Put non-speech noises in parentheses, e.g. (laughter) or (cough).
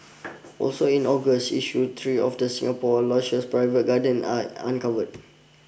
(noise) also in August issue three of Singapore's lushest private gardens are uncovered